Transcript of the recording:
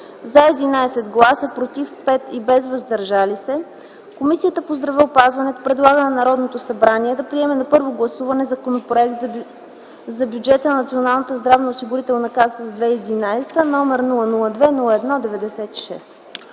„за” 11 гласа, „против” 5 и без „въздържали се”, Комисията по здравеопазването предлага на Народното събрание да приеме на първо гласуване Законопроект за бюджета на Националната здравноосигурителна каса за 2011 г., № 002-01-96,